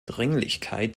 dringlichkeit